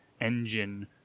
engine